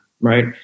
right